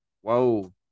whoa